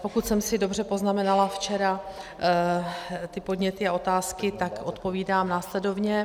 Pokud jsem si dobře poznamenala včera ty podněty a otázky, tak odpovídám následovně.